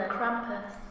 Krampus